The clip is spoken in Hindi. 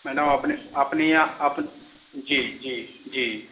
मेडम अपने अपने या जी जी जी